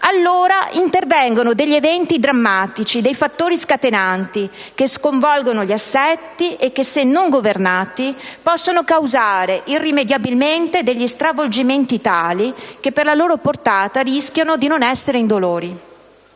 intervengono degli eventi drammatici, dei fattori scatenanti che sconvolgono gli assetti e che, se non governati, possono irrimediabilmente causare degli stravolgimenti tali che per la loro portata rischiano di non essere indolori.